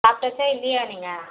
சாப்பிட்டாச்சா இல்லையா நீங்கள்